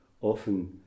often